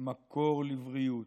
מקור לבריאות.